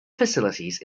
facilities